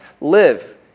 Live